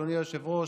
אדוני היושב-ראש,